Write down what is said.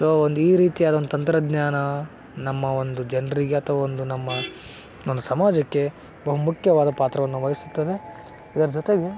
so ಒಂದು ಈ ರೀತಿಯಾದ ಒಂದು ತಂತ್ರಜ್ಞಾನ ನಮ್ಮ ಒಂದು ಜನರಿಗೆ ಅಥವಾ ಒಂದು ನಮ್ಮ ಒಂದು ಸಮಾಜಕ್ಕೆ ಬಹುಮುಖ್ಯವಾದ ಪಾತ್ರವನ್ನು ವಹಿಸುತ್ತದೆ ಇದರ ಜೊತೆಗೆ